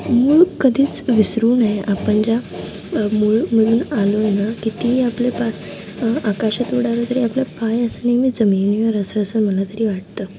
मूळ कधीच विसरू नये आपण ज्या मुळामधून आलो आहे ना कितीही आपले पाय आकाशात उडाले तरी आपला पाय असा नेहमीच जमिनीवर असं असं मला तरी वाटतं